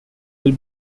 will